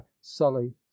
sully